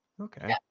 Okay